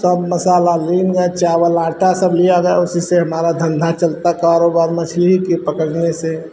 सब मसाला लिए गए चावल आटा सब लिया गया उसी से हमारा धन्धा चलता कारोबार मछली ही के पकड़ने से